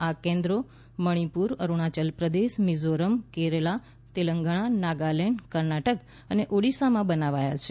આ કેન્દ્રો મણીપુર અરૂણાચલ પ્રદેશ મિઝોરમ કેરાલા તેલંગણા નાગાલેન્ડ કર્ણાટક અને ઓડીશામાં બનાવાયા છે